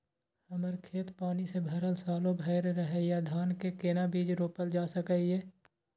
हमर खेत पानी से भरल सालो भैर रहैया, धान के केना बीज रोपल जा सकै ये?